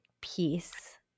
peace